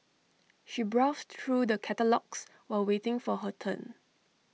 she browsed through the catalogues while waiting for her turn